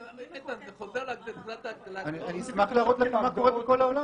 אני אשמח להראות מה קורה בכל העולם.